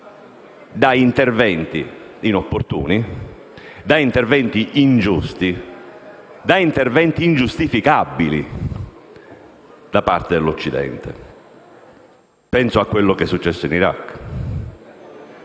da interventi inopportuni, ingiusti e ingiustificabili da parte dell'Occidente. Penso a quello che è successo in Iraq;